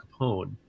Capone